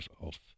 off